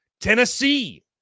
Tennessee